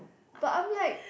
but I'm like